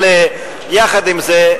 יחד עם זה,